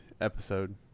episode